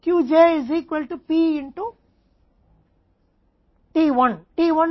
उन सभी के लिए उत्पादन समय क्या है